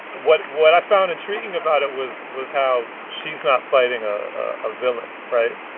what what i found intriguing about it was was how she's not fighting a ah villain, right?